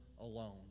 alone